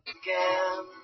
again